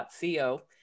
.co